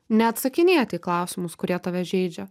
neatsakinėti į klausimus kurie tave žeidžia